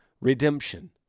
redemption